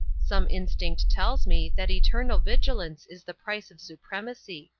some instinct tells me that eternal vigilance is the price of supremacy.